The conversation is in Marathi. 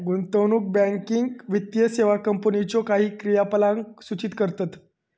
गुंतवणूक बँकिंग वित्तीय सेवा कंपनीच्यो काही क्रियाकलापांक सूचित करतत